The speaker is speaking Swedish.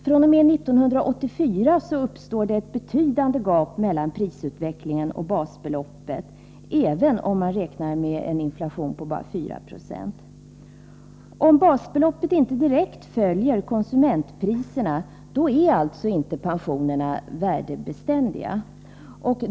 fr.o.m. 1984 uppstår ett betydande gap mellan prisutvecklingen och basbeloppet, även om man räknar med en inflation på bara 4 90. Om basbeloppet inte direkt följer konsumentpriserna är alltså inte pensionerna värdebeständiga.